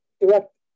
direct